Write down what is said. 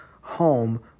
home